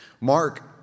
Mark